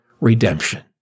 redemption